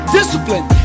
discipline